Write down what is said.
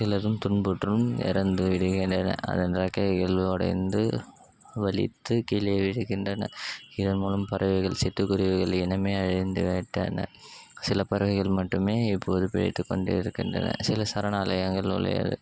சிலது துன்புற்றும் இறந்தும் விடுகின்றன அதன் இறக்கைகள் உடைந்து வலித்து கீழே விழுகின்றன இதன் மூலம் பறவைகள் சிட்டுக்குருவிகளின் இனமே அழிந்துவிட்டன சில பறவைகள் மட்டுமே இப்போது பிழைத்துக்கொண்டு இருக்கின்றன சில சரணாலயங்கள் வழியால்